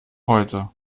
heute